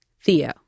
Theo